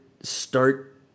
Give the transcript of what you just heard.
start